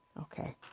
Okay